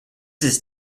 his